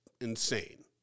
insane